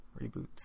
reboot